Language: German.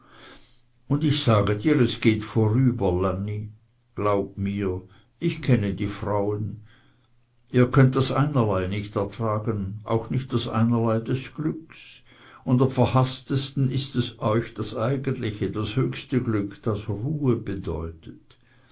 und ich sage dir es geht vorüber lanni glaube mir ich kenne die frauen ihr könnt das einerlei nicht ertragen auch nicht das einerlei des glücks und am verhaßtesten ist euch das eigentliche das höchste glück das ruhe bedeutet